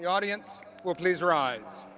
audience will please rise.